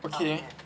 okay